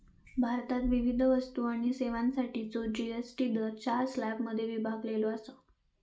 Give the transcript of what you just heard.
भारतात विविध वस्तू आणि सेवांसाठीचो जी.एस.टी दर चार स्लॅबमध्ये विभागलेलो असा